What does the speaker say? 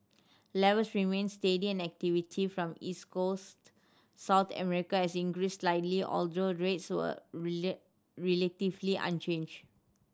levels remained steady and activity from East Coast South America has increased slightly although rates were relatively unchanged